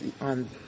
on